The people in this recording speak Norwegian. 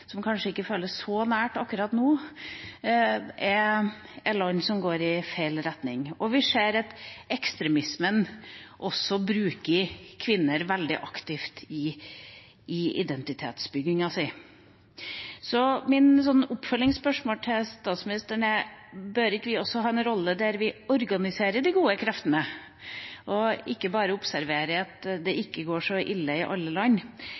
som kanskje ikke føles så nært akkurat nå, som går i feil retning. Og vi ser at innenfor ekstremismen bruker en kvinner veldig aktivt i identitetsbyggingen sin. Mitt oppfølgingsspørsmål til statsministeren er: Bør ikke vi også ha en rolle der vi organiserer de gode kreftene, og ikke bare observerer at det ikke går så ille i alle land,